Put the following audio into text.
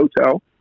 hotel